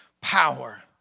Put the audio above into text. power